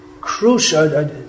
crucial